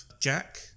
Jack